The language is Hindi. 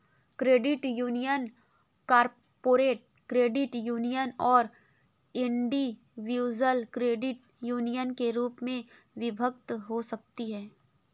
credit union corporate credit union और इंडिविजुअल क्रेडिट यूनियन के रूप में विभक्त हो सकती हैं